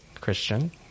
Christian